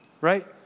right